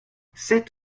sept